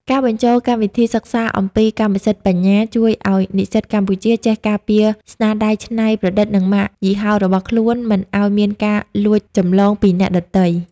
ការបញ្ចូលកម្មវិធីសិក្សាអំពី "កម្មសិទ្ធិបញ្ញា" ជួយឱ្យនិស្សិតកម្ពុជាចេះការពារស្នាដៃច្នៃប្រឌិត និងម៉ាកយីហោរបស់ខ្លួនមិនឱ្យមានការលួចចម្លងពីអ្នកដទៃ។